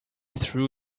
threw